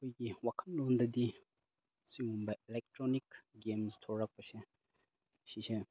ꯑꯩꯈꯣꯄꯏꯒꯤ ꯋꯥꯈꯜꯂꯣꯟꯗꯗꯤ ꯁꯤꯒꯨꯝꯕ electronic games ꯊꯣꯛꯂꯛꯄꯁꯦ ꯁꯤꯁꯦ